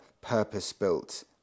purpose-built